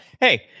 hey